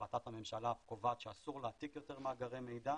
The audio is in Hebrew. החלטת הממשלה קובעת שאסור להעתיק יותר מאגרי מידע,